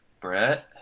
Brett